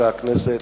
חברי הכנסת,